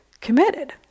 committed